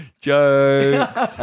Jokes